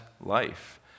life